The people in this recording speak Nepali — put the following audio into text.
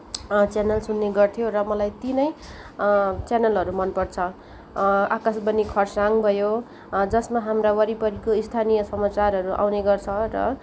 च्यानल सुन्ने गऱ्थ्यो र मलाई ती नै च्यानलहरू मनपर्छ आकाशवाणी खरसाङ भयो जसमा हाम्रा वरिपरीको स्थानीय समाचारहरू आउने गर्छ र